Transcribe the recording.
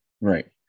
right